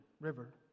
River